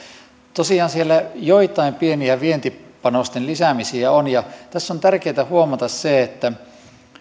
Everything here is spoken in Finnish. tosiaan siellä joitain pieniä vientipanosten lisäämisiä on ja tässä on tärkeätä huomata se että